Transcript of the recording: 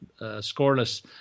scoreless